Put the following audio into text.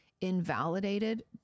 invalidated